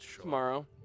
Tomorrow